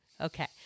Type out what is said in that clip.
Okay